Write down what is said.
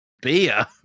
beer